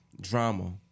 drama